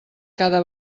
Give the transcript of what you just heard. cada